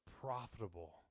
profitable